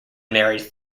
married